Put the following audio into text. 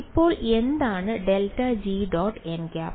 ഇപ്പോൾ എന്താണ് ∇g · nˆ